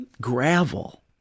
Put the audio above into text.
gravel